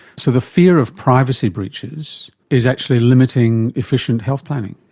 so the fear of privacy breaches is actually limiting efficient health planning.